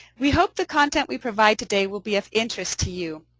we hope the content we provide today will be of interest to you.